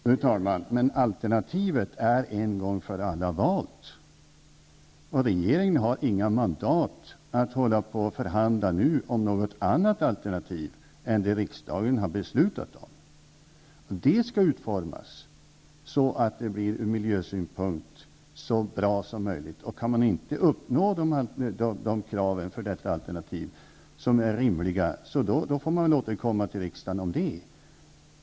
Fru talman! Men alternativet är en gång för alla valt, och regeringen har inget mandat att nu hålla på och förhandla om något annat alternativ än det som riksdagen har beslutat om. Det skall utformas så att det blir ur miljösynpunkt så bra som möjligt. Kan man inte nå upp till vad som rimligen krävs för detta alternativ får man väl återkomma till riksdagen om saken.